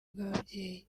bw’ababyeyi